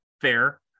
fair